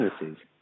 businesses